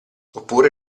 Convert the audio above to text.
oppure